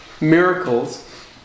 miracles